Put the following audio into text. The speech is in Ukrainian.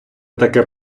таке